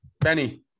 Benny